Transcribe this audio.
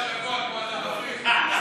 כמו הטבחים.